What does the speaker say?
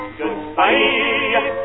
goodbye